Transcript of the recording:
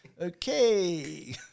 Okay